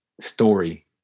story